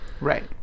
Right